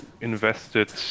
invested